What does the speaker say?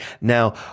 now